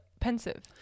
pensive